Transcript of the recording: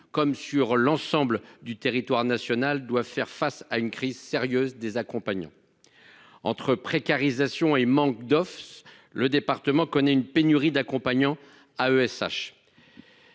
comme sur l'ensemble du territoire national, à une crise sérieuse de l'accompagnement. Entre précarisation et manque d'offre, son département connaît une pénurie d'accompagnants